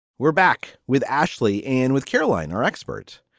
we're back with ashley and with caroline, our expert,